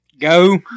go